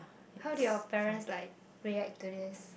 how do your parents like react to this